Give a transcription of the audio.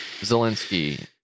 Zelensky